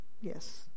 yes